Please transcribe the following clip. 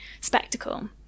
spectacle